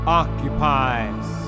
occupies